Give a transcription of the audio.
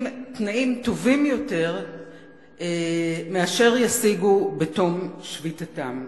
תנאים טובים יותר מאלה שישיגו בתום שביתתם.